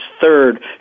third